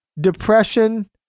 Depression